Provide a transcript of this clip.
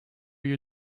you